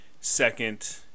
second